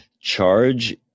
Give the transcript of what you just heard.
Charge